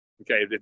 Okay